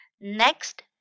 Next